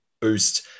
boost